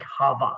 cover